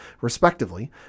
respectively